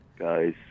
guys